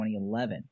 2011